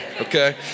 okay